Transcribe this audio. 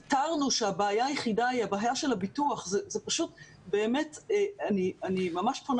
איתרנו שהבעיה היחידה היא הבעיה של הביטוח אני ממש פונה